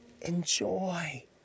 enjoy